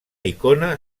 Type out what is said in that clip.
icona